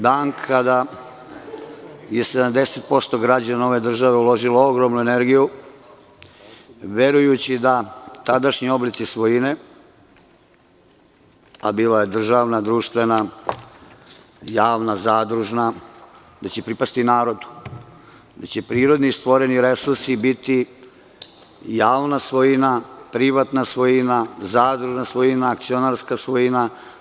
Dan kada je 70% građana ove države uložilo ogromnu energiju, verujući da će tadašnji oblici svojine, a bila je državna, društvena, javna, zadružna, pripasti narodu, da će prirodno stvoreni resursi biti javna svojina, privatna svojina, zadružna svojina, akcionarska svojina.